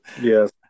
yes